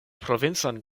provincon